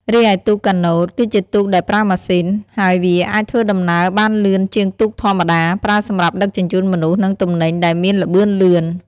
រីឯទូកកាណូត គឺជាទូកដែលប្រើម៉ាស៊ីន ហើយវាអាចធ្វើដំណើរបានលឿនជាងទូកធម្មតា ប្រើសម្រាប់ដឹកជញ្ជូនមនុស្សនិងទំនិញដែលមានល្បឿនលឿន។